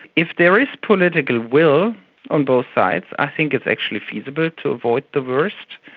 if there is political will on both sides, i think it's actually feasible to avoid the worst.